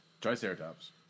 Triceratops